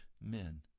men